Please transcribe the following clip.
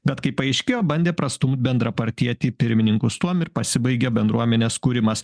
bet kaip paaiškėjo bandė prastumt bendrapartietį į pirmininkus tuom ir pasibaigė bendruomenės kūrimas